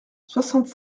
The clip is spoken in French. soixante